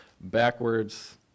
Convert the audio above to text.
backwards